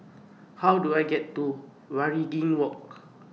How Do I get to Waringin Walk